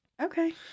Okay